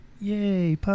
yay